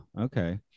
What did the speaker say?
okay